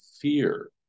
fear